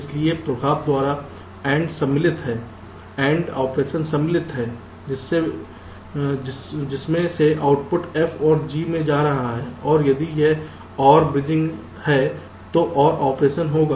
इसलिए प्रभाव द्वारा AND सम्मिलित है AND ऑपरेशन सम्मिलित है जिसमें से आउटपुट F और G में जा रहा है और यदि यह OR ब्रिजिंग है तो OR ऑपरेशन होगा